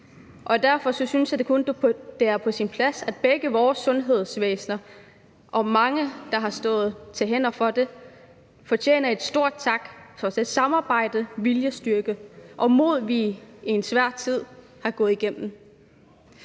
Derfor synes jeg kun, det er på sin plads, at begge vores sundhedsvæsener og de mange, der har stået på hænder for det, fortjener en stor tak for det samarbejde, den viljestyrke og det mod, de har vist i en svær tid, vi har gået igennem.